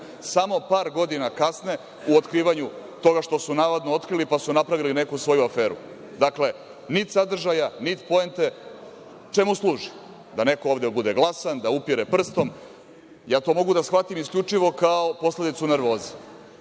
par godina kasne u otkrivanju toga što su navodno otkrili, pa su napravili neku svoju aferu. Dakle, nit sadržaja, nit poente. Čemu služi? Da neko ovde bude glasan, da upire prstom. Ja to mogu da shvatim isključivo kao posledicu nervoze